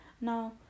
Now